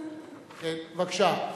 בבקשה.